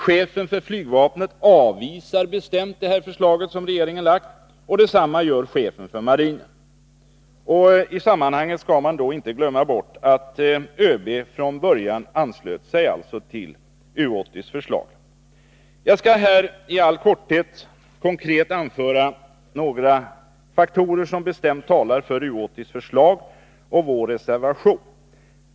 Chefen för flygvapnet avvisar bestämt detta förslag. Detsamma gör chefen för marinen. I sammanhanget skall man inte glömma bort att ÖB från början anslöt sig till U 80:s förslag! Jag skall här i all korthet konkret anföra några faktorer som bestämt talar för U 80:s förslag och därmed vår reservation.